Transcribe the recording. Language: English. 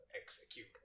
Execute